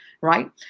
right